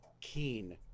keen